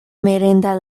mirinda